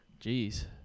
Jeez